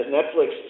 Netflix